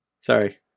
Sorry